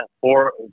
four